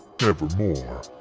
nevermore